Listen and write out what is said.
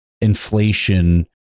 inflation